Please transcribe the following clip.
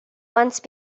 once